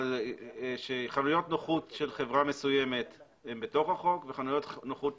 למשל חנויות נוחות של חברה מסוימת הן בתוך החוק וחנויות נוחות